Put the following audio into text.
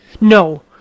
No